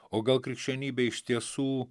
o gal krikščionybė iš tiesų